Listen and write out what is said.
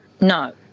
no